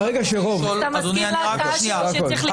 אתה מסכים להצעה שלו שצריך לקבוע זמן?